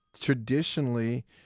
traditionally